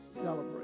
celebrate